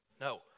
No